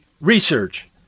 research